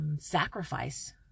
sacrifice